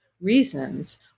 reasons